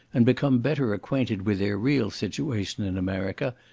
and become better acquainted with their real situation in america,